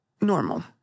normal